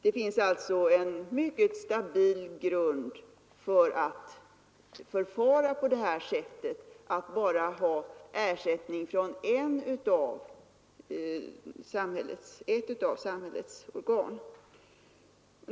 Det finns alltså en mycket stabil grund för att förfara på det här sättet och bara ha ersättning från ett av samhällets organ.